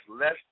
less